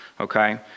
Okay